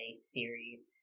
series